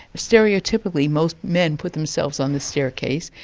stereotypically most men put themselves on the staircase,